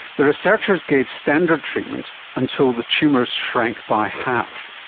the researchers gave standard treatment until the tumours shrank by half.